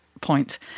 point